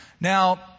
Now